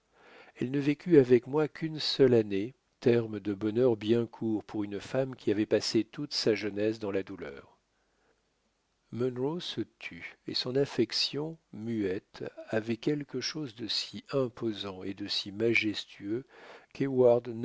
elle ne vécut avec moi qu'une seule année terme de bonheur bien court pour une femme qui avait passé toute sa jeunesse dans la douleur munro se tut et son affection muette avait quelque chose de si imposant et de si majestueux